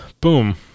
Boom